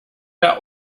der